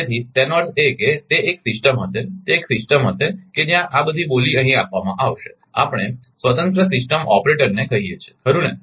તેથી તેનો અર્થ એ કે તે એક સિસ્ટમ હશે તે એક સિસ્ટમ હશે કે જ્યાં આ બધી બોલી અહીં આપવામાં આવશે આપણે સ્વતંત્ર સિસ્ટમ ઓપરેટરને કહીએ છીએ ખરુ ને